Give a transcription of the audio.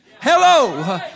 Hello